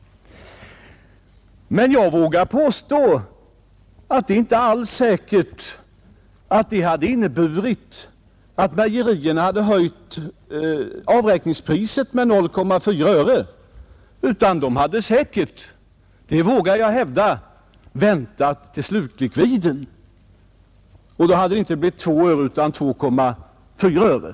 Men jag vågar påstå att det inte alls är säkert att det hade inneburit att mejerierna hade höjt avräkningspriset med 0,4 öre, utan de hade säkerligen väntat till slutlikviden, och då hade det inte blivit 2 öre utan 2,4 öre.